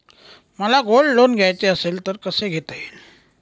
मला gold loan घ्यायचे असेल तर कसे घेता येईल?